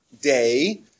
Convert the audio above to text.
day